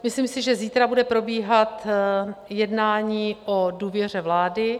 Myslím si, že zítra bude probíhat jednání o důvěře vlády.